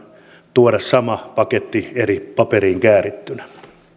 tuoda sama paketti eri paperiin käärittynä